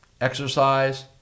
exercise